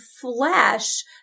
flesh